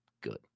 good